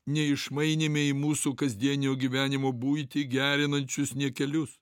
neišmainėme į mūsų kasdienio gyvenimo buitį gerinančius niekelius